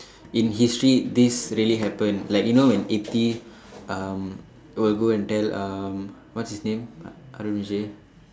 in history this really happen like you know when Ethi um will go and tell um what's his name A~ Arun Vijay